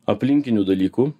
aplinkinių dalykų